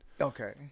Okay